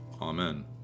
Amen